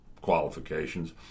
qualifications